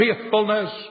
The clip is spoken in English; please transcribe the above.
faithfulness